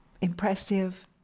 impressive